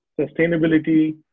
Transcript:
sustainability